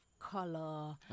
color